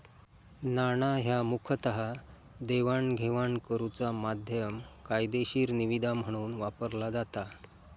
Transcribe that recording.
नाणा ह्या मुखतः देवाणघेवाण करुचा माध्यम, कायदेशीर निविदा म्हणून वापरला जाता